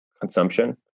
consumption